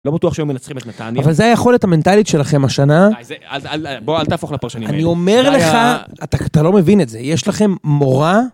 לא בטוח שהיו מנצחים את נתניה, אבל זה היכולת המנטלית שלכם השנה. בוא, אל תהפוך לפרשנים. אני אומר לך, אתה לא מבין את זה, יש לכם מורה.